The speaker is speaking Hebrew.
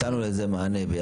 נתנו לזה מענה.